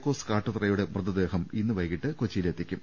ക്കോസ് കാട്ടുതറയുടെ മൃതദേഹം ഇന്ന് വൈകിട്ട് കൊച്ചിയിലെത്തിക്കും